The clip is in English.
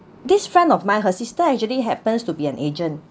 this friend of mine her sister actually happens to be an agent